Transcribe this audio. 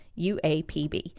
UAPB